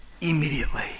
immediately